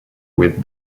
with